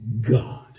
God